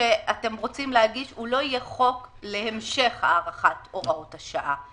שאתם רוצים להגיש הוא לא יהיה חוק להמשך הארכת הוראות השעה.